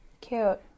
Cute